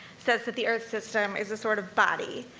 says that the earth's system is a sort of body,